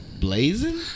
Blazing